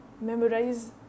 memorize